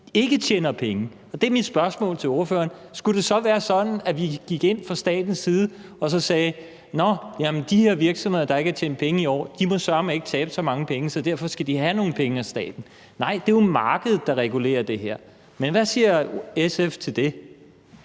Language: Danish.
ikke tjener penge? Mit spørgsmål til ordføreren er: Skulle det så være sådan, at vi fra statens side gik ind og sagde, at de virksomheder, der ikke har tjent penge i år, må søreme ikke tabe så mange penge, og derfor skal de have nogle penge af staten? Nej, det er jo markedet, der regulerer det her. Men hvad siger SF til det?